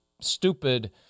stupid